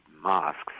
mosques